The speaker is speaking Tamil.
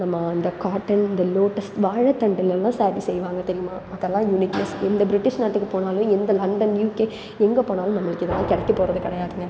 நம்ம அந்த காட்டன் இந்த லோட்டஸ் வாழைத்தண்டில் எல்லாம் ஸாரீ செய்வாங்க தெரியுமா அதெல்லாம் யூனிக்னெஸ் எந்த பிரிட்டிஷ் நாட்டுக்குப் போனாலும் எந்த லண்டன் யுகே எங்கே போனாலும் நம்மளுக்கு இதெல்லாம் கிடைக்கப் போகிறது கிடையாதுங்க